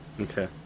okay